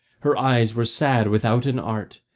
her eyes were sad withouten art,